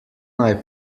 naj